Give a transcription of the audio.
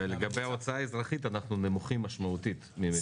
ולגבי ההוצאה האזרחית אנחנו נמוכים משמעותית ממדינות ה-OECD.